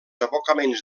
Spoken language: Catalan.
abocaments